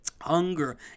hunger